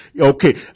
Okay